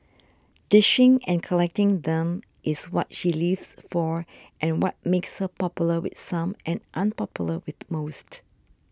dishing and collecting them is what she lives for and what makes her popular with some and unpopular with most